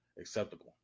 acceptable